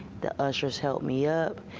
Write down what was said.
the ushers helped me up,